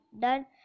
done